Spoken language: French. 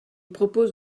propose